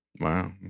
Wow